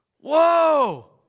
whoa